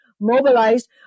mobilized